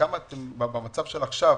ובמצב של עכשיו,